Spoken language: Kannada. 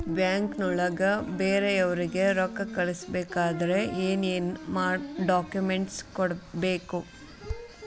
ಬ್ಯಾಂಕ್ನೊಳಗ ಬೇರೆಯವರಿಗೆ ರೊಕ್ಕ ಕಳಿಸಬೇಕಾದರೆ ಏನೇನ್ ಡಾಕುಮೆಂಟ್ಸ್ ಬೇಕು?